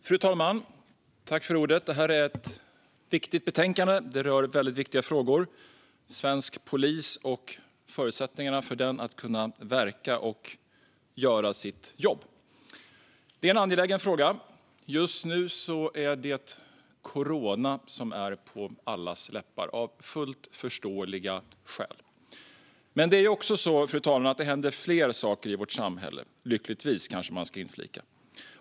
Fru talman! Detta är ett viktigt betänkande. Det rör väldigt viktiga frågor: svensk polis och förutsättningarna för den att verka och göra sitt jobb. Detta är en angelägen fråga. Just nu är det corona som är på allas läppar, av fullt förståeliga skäl. Men, fru talman, det händer fler saker i vårt samhälle - lyckligtvis, kanske man ska inflika.